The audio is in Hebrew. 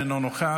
אינו נוכח.